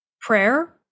prayer